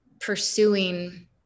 pursuing